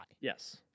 Yes